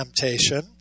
temptation